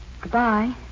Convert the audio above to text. goodbye